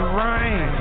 rain